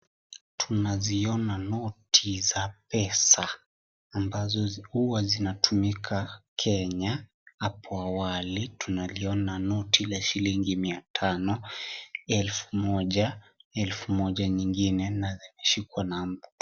Naziona noti za pesa ambazo huwa zinatumika Kenya hapo awali. Tunaliona noti la shillingi mia tano, elfu moja, elfu moja nyingine na zimesikwa na mtu.